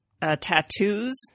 tattoos